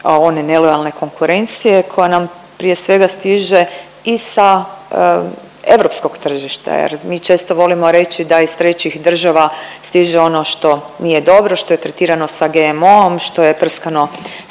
one nelojalne konkurencije koja nam prije svega stiže i sa europskog tržišta jer mi često volimo reći da iz trećih država stiže ono što nije dobro, što je tretirano sa GMO-om, što je prskano sredstvima